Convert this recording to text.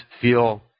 feel